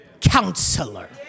counselor